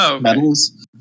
metals